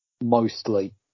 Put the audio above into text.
mostly